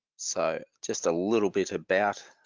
so just a little bit about